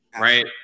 Right